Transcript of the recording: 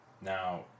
Now